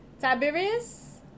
Tiberius